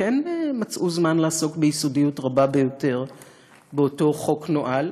כן מצאו זמן לעסוק ביסודיות רבה ביותר באותו חוק נואל,